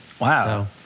Wow